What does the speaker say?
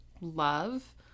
love